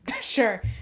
Sure